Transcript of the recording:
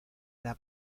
era